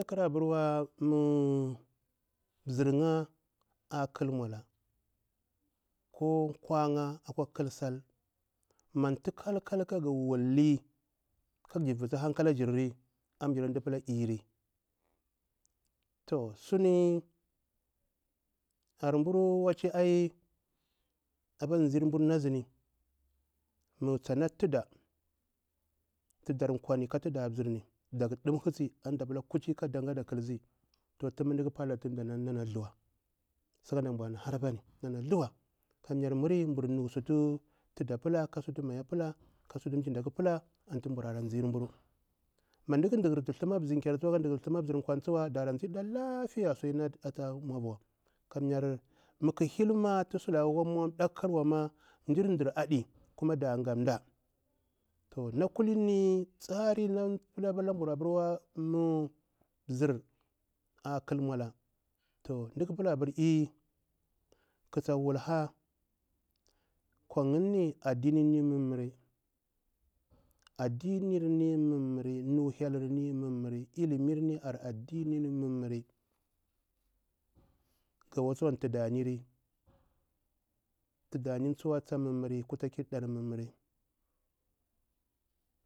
Akala aɓur mu mzir ‘ya a ƙal maula ko kwa ‘ya mantu kal- kal kaga wulli kajir vusu hankala jirri ambula kajir pula eri to suni arburu waci ai apa mzir burni azini mu tsana tuda, tuda ƙwani ka tuda mzirni mu da ɗimhesi antu da pila kada ƙilsi tun mu mda ƙa palada tun mdana thuwa saka ɗa mbur na hara apani kamyar miri bumu sutu tuda pila ka maya pita ka sutu mji ɗaka pila antu mburara mzir mburu mu mdaƙa dukirtu thama mzinƙyar tsuwa ka mzir kwan tsuwa dara zinɗa lafiya sudi natu ata mauwa kanya mu ƙu hilma mu sulaka akwa mwar ɗakuwa mjir ɗar adi da gamdah to na kulini tsari na pita nu mzir a ƙal maula mda pila eeh katsa wulha ƙwa yinni addinini mummuri mu hyelurni mummuri ilimirni ar addini mummuri ka watsu an tudarni, tudani tsa maummuri kutakirni mummuri.